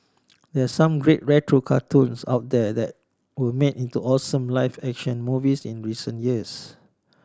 there are some great retro cartoons out there that were made into awesome live action movies in recent years